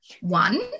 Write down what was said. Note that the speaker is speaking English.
one